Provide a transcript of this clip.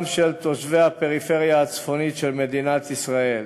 של תושבי הפריפריה הצפונית של מדינת ישראל,